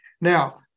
Now